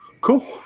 Cool